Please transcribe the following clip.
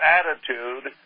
attitude